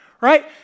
right